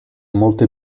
molte